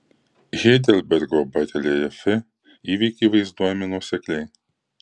heidelbergo bareljefe įvykiai vaizduojami nuosekliai